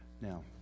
Now